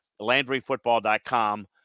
LandryFootball.com